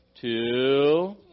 two